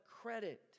credit